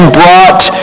brought